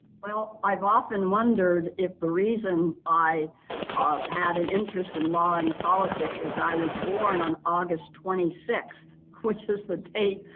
well, i've often wondered if the reason i had an interest in law and politics, as i was born on august twenty sixth, which is the date,